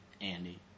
Andy